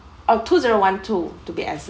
oh two zero one two to be exact